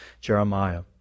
Jeremiah